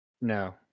No